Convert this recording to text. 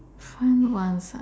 fun ones ah